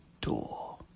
door